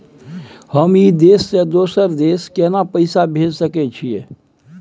हम ई देश से दोसर देश केना पैसा भेज सके छिए?